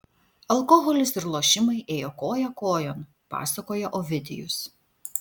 alkoholis ir lošimai ėjo koja kojon pasakoja ovidijus